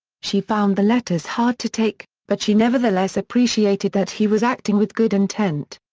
she found the letters hard to take, but she nevertheless appreciated that he was acting with good intent.